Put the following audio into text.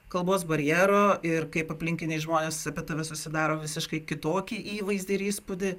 kalbos barjero ir kaip aplinkiniai žmonės apie tave susidaro visiškai kitokį įvaizdį ir įspūdį